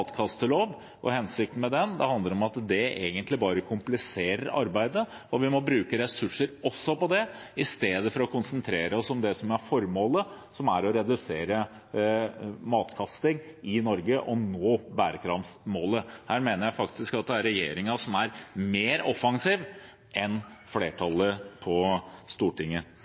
og hensikten med den, det handler om at det egentlig bare kompliserer arbeidet når vi må bruke ressurser også på det, i stedet for å konsentrere oss om det som er formålet, som er å redusere matkasting i Norge og nå bærekraftsmålet. Her mener jeg faktisk at det er regjeringen som er mer offensiv enn flertallet på Stortinget.